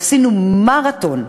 ועשינו מרתון.